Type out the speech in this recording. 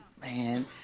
Man